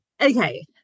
Okay